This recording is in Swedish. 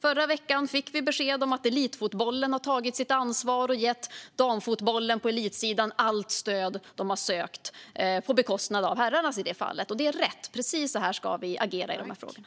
Förra veckan fick vi besked om att elitfotbollen har tagit sitt ansvar och gett damfotbollen på elitsidan allt stöd de har sökt - på bekostnad av herrarnas i det fallet. Det är rätt. Precis så ska vi agera i de här frågorna.